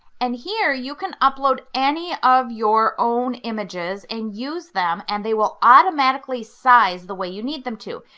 and here you can upload any of your own images and use them and they will automatically size the way you need them to.